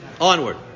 Onward